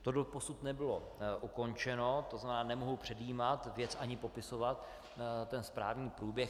To doposud nebylo ukončeno, tzn. nemohu předjímat ani popisovat správní průběh.